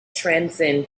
transcend